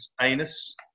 anus